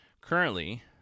currently